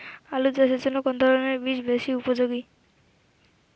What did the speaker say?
আলু চাষের জন্য কোন ধরণের বীজ বেশি উপযোগী?